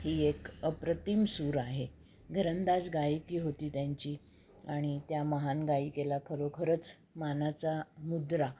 ही एक अप्रतिम सूर आहे घरंदाज गायकी होती त्यांची आणि त्या महान गायिकेला खरोखरच मानाचा मुद्रा